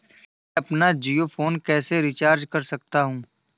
मैं अपना जियो फोन कैसे रिचार्ज कर सकता हूँ?